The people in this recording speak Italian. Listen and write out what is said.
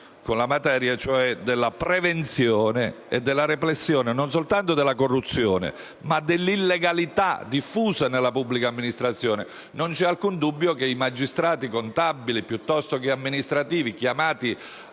cioè quella della prevenzione e della repressione, non soltanto della corruzione, ma dell'illegalità diffusa nella pubblica amministrazione. Non c'è alcun dubbio che i magistrati contabili piuttosto che amministrativi chiamati